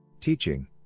Teaching